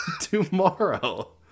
tomorrow